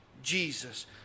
Jesus